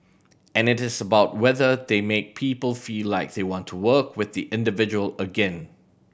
and it is about whether they make people feel like they want to work with the individual again